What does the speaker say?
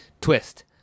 twist